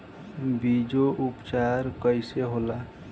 बीजो उपचार कईसे होला?